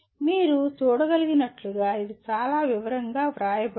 మీరు చూడగలిగినట్లుగా ఇది చాలా వివరంగా వ్రాయబడింది